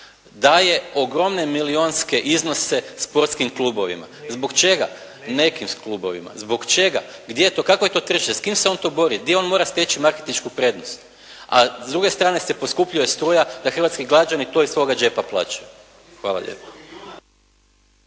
daje ogromne milijunske iznose sportskim klubovima. Zbog čega? Nekim klubovima. Zbog čega? Kakvo je to trčanje, s kim se on to bori, gdje on mora steći marketinšku prednost. A s druge strane se poskupljuje struja da hrvatski građani to iz svoga džepa plaćaju. Hvala lijepa.